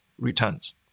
returns